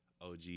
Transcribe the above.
og